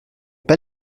pas